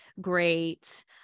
Great